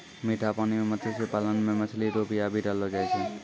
मीठा पानी मे मत्स्य पालन मे मछली रो बीया भी डाललो जाय छै